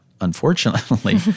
Unfortunately